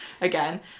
again